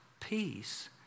Peace